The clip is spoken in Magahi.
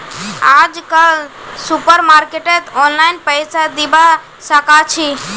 आजकल सुपरमार्केटत ऑनलाइन पैसा दिबा साकाछि